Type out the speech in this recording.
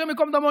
השם ייקום דמו,